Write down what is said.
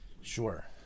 Sure